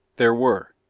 there were.